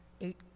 eight